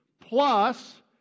plus